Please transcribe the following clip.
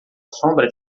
sombra